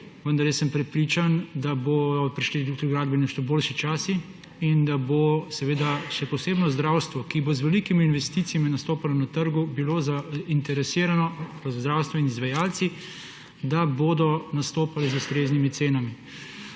vendar jaz sem prepričan, da bodo prišli tudi v gradbeništvu boljši časi in da bo še posebno zdravstvo, ki bo z velikimi investicijami nastopalo na trgu, zainteresirano za zdravstvene izvajalce, da bodo nastopali z ustreznimi cenami.